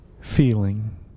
feeling